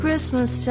Christmas